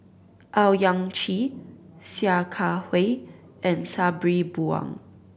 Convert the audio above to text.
Owyang Chi Sia Kah Hui and Sabri Buang